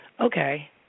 Okay